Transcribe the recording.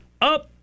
Up